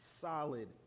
solid